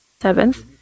seventh